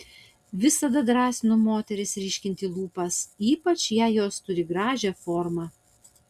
visada drąsinu moteris ryškinti lūpas ypač jei jos turi gražią formą